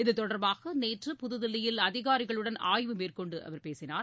இதுதொடர்பாக நேற்று புதுதில்லியில் அதிகாரிகளுடன் ஆய்வு மேற்கொண்டு அவர் பேசினார்